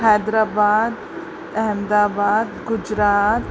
Hyderabad Ahmedabad Gujarat